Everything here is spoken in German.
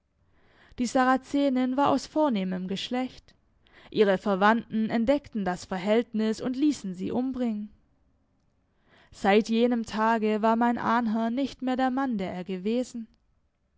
die sarazenin war aus vornehmem geschlecht ihre verwandten entdeckten das verhältnis und ließen sie umbringen seit jenem tage war mein ahnherr nicht mehr der mann der er gewesen